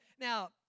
Now